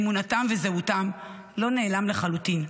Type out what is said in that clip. אמונתם וזהותם לא נעלם לחלוטין,